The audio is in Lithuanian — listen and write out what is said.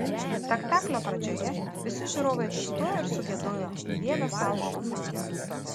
spektaklio pradžioje visi žiūrovai atsistojo ir sugiedojo dieve saugok carą